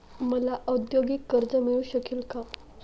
मला औद्योगिक कर्ज मिळू शकेल का?